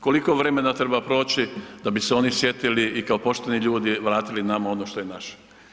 Koliko vremena treba proći da bi se oni sjetili i kao pošteni ljudi vratili nama ono što je naše?